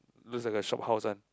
looks like a shop house [one]